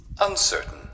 Uncertain